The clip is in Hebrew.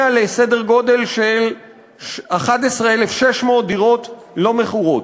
לסדר גודל של 11,600 דירות לא מכורות.